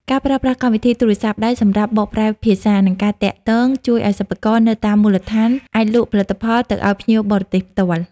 ការប្រើប្រាស់កម្មវិធីទូរស័ព្ទដៃសម្រាប់បកប្រែភាសា និងការទាក់ទង ជួយឱ្យសិប្បករនៅតាមមូលដ្ឋានអាចលក់ផលិតផលទៅឱ្យភ្ញៀវបរទេសផ្ទាល់។